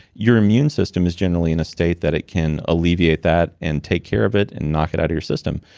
your immune system is generally in a state that it can alleviate that and take care of it, and knock it out of your system.